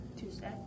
Tuesday